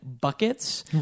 buckets